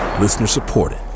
Listener-supported